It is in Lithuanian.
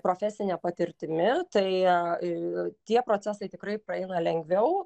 profesine patirtimi tai tie procesai tikrai praeina lengviau